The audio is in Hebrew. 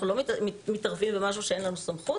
אנחנו לא מתערבים במשהו שאין לנו סמכות.